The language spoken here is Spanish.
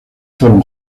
fueron